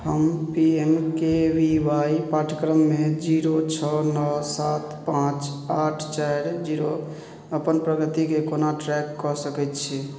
हम P M K V Y पाठ्यक्रममे zero छओ नओ सात पाँच आठ चारि जीरो अपन प्रगतिके कोना ट्रैक कऽ सकैत छी